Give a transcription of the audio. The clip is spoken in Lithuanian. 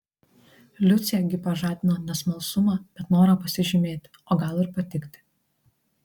liucė gi pažadino ne smalsumą bet norą pasižymėti o gal ir patikti